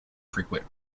frequent